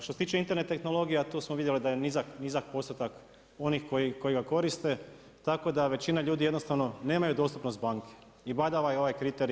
Što se tiče Internet tehnologija, tu smo vidjeli da je nizak postotak onih koji ih koriste, tako da većina ljudi jednostavno nemaju dostupnost banke i badava i ovaj kriterij.